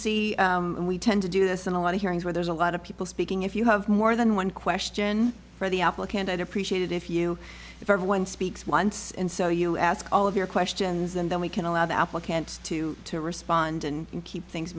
efficiency and we tend to do this in a lot of hearings where there's a lot of people speaking if you have more than one question for the applicant i'd appreciate it if you if everyone speaks months in so you ask all of your questions and then we can allow the applicant to to respond and keep things